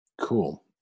Cool